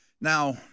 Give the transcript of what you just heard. Now